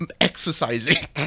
exercising